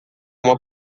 uma